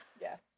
Yes